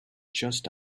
just